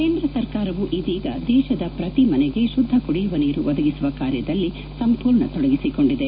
ಕೇಂದ್ರ ಸರ್ಕಾರವು ಇದೀಗ ದೇಶದ ಪ್ರತಿ ಮನೆಗೆ ಶುದ್ದ ಕುಡಿಯುವ ನೀರು ಒದಗಿಸುವ ಕಾರ್ಯದಲ್ಲಿ ಸಂಪೂರ್ಣ ತೊಡಗಿಸಿಕೊಂಡಿದೆ